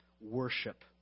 Worship